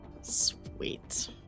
Sweet